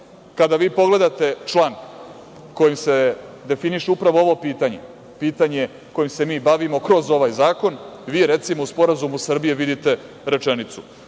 pogledate član kojim se definiše upravo ovo pitanje, pitanjem kojim se mi danas bavimo kroz ovaj zakon, vi u Sporazumu Srbije vidite rečenicu